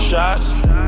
Shots